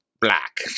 black